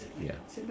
ya